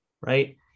right